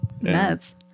nuts